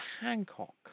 Hancock